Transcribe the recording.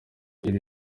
iri